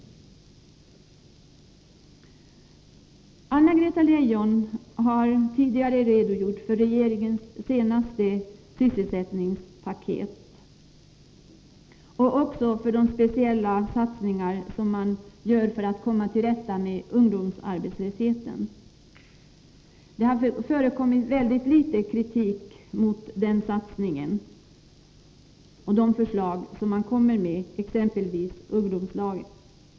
Anna-Greta Leijon har tidigare redogjort för regeringens senaste sysselsättningspaket och också för de speciella satsningarna för att komma till rätta med ungdomsarbetslösheten. Det har förekommit mycket litet av kritik mot dessa satsningar, exempelvis förslaget om ungdomslag.